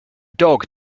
dog